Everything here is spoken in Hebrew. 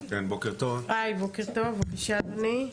בבקשה.